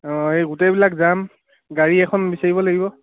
অঁ এই গোটেইবিলাক যাম গাড়ী এখন বিচাৰিব লাগিব